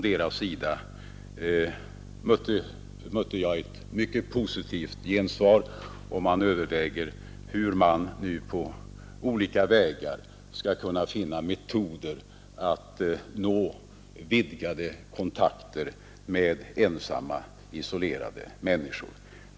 Jag mötte ett positivt gensvar, och man överväger nu hur man på olika vägar skall kunna finna metoder att nå vidgade kontakter med ensamma, isolerade människor.